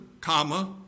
comma